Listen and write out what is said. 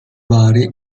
bari